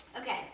Okay